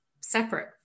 separate